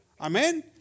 Amen